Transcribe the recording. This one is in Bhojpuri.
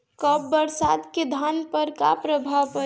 कम बरसात के धान पर का प्रभाव पड़ी?